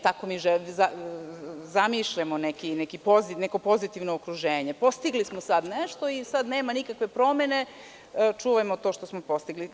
Tako mi zamišljamo neko pozitivno okruženje - postigli smo sada nešto i sada nema nikakve promene, čuvajmo to što smo postigli.